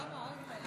למה?